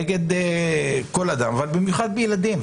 נגד כל אדם אבל במיוחד בילדים.